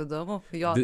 įdomu jo